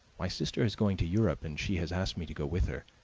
my sister is going to europe, and she has asked me to go with her.